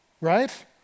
right